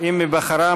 בבקשה, מי בעד?